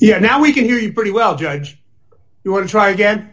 way now we can hear you pretty well judge you want to try again